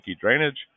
Drainage